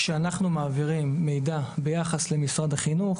כשאנחנו מעבירים מידע ביחד למשרד החינוך